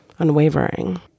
unwavering